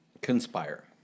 Conspire